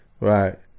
Right